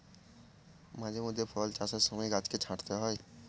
মাঝে মধ্যে ফল চাষের সময় গাছকে ছাঁটতে হয়